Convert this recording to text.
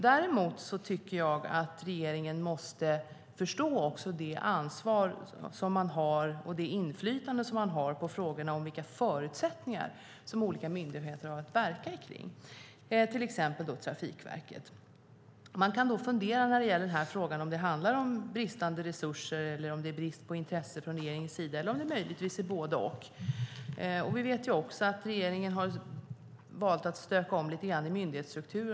Däremot tycker jag att regeringen måste inse vilket ansvar och inflytande regeringen har i fråga om de förutsättningar som olika myndigheter har att verka inom, till exempel Trafikverket. Man kan fundera på om det i detta fall handlar om bristande resurser eller om brist på intresse från regeringens sida eller möjligtvis både och. Vi vet att regeringen valt att lite grann stöka om i myndighetsstrukturen.